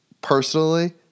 personally